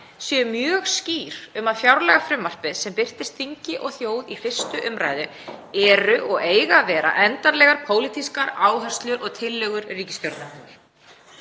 séu mjög skýr um að fjárlagafrumvarpið sem birtist þingi og þjóð í 1. umr. er og á að vera endanlegar pólitískar áherslur og tillögur ríkisstjórnarinnar.